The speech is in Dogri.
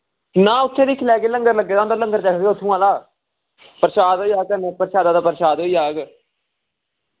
ना उत्थै दिक्खी लैगे लंगर लग्गे दा होंदा लंगर चक्खगे उत्थोआं आह्ला परशाद परशाद होई जाह्ग